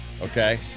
okay